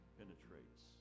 penetrates